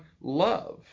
love